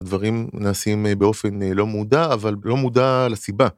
‫דברים נעשים באופן לא מודע, ‫אבל לא מודע לסיבה.